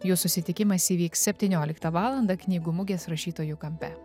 jų susitikimas įvyks septynioliktą valandą knygų mugės rašytojų kampe